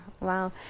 wow